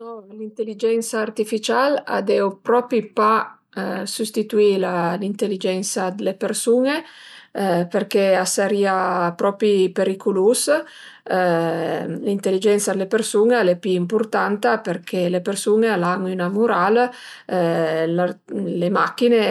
No l'inteligensa artificial a deu propi pa sustituì la l'inteligensa d'le persun-e përché a sërìa propi periculus, l'inteligensa d'la persun-e al e pi ëmpurtanta përché le persun-e al an üna mural, le machine